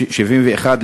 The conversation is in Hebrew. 71,